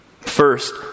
First